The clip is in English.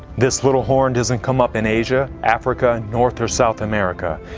this little horn doesn't come up in asia, africa or north or south america.